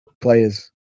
players